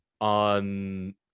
on